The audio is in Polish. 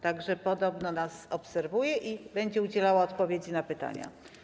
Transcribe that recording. Tak że podobno nas obserwuje i będzie udzielała odpowiedzi na pytania.